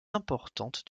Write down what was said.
importantes